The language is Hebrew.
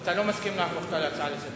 אתה לא מסכים להפוך אותה להצעה לסדר-היום?